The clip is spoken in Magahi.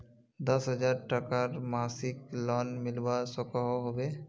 दस हजार टकार मासिक लोन मिलवा सकोहो होबे?